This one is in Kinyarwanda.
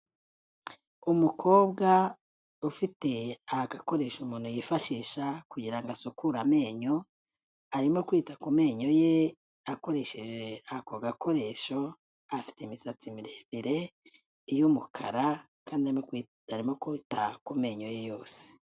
Umukobwa ufite agakoresho umuntu yifashisha kugira ngo asukure amenyo, arimo kwita ku menyo ye akoresheje ako gakoresho, afite imisatsi miremire y'umukara kandi arimo kwita ku menyo ye yose.